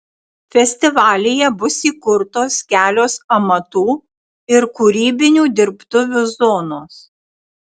festivalyje bus įkurtos kelios amatų ir kūrybinių dirbtuvių zonos